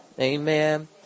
amen